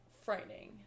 frightening